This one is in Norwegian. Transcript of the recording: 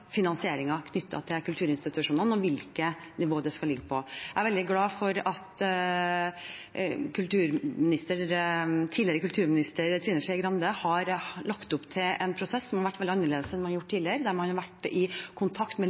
til kulturinstitusjonene og hvilket nivå det skal ligge på. Jeg er veldig glad for at tidligere kulturminister Trine Skei Grande har lagt opp til en prosess som har vært veldig annerledes enn man har hatt tidligere, der man har vært i kontakt